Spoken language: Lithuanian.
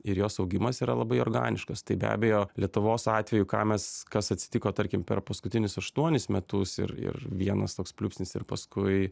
ir jos augimas yra labai organiškas tai be abejo lietuvos atveju ką mes kas atsitiko tarkim per paskutinius aštuonis metus ir ir vienas toks pliūpsnis ir paskui